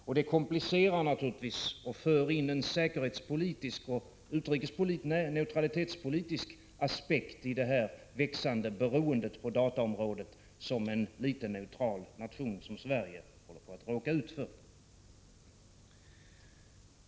Detta komplicerar naturligtvis läget och för in en säkerhetspolitisk och neutralitetspolitisk aspekt i detta växande beroende på dataområdet, som en liten neutral nation som Sverige håller på att råka ut för.